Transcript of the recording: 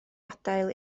adael